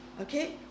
Okay